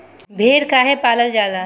भेड़ काहे पालल जाला?